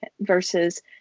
versus